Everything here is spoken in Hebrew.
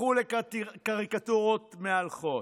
הפכו לקריקטורות מהלכות,